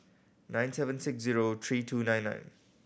nine seven six zero three two nine nine